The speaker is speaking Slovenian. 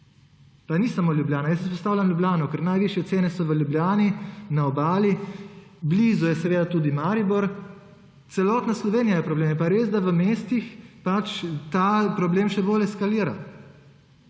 Pa ni samo Ljubljana. Jaz izpostavljam Ljubljano, ker so najvišje cene v Ljubljani, na Obali, blizu je seveda tudi Maribor, celotna Slovenija je problem. Je pa res, da v mestih pač ta problem še bolj eskalira,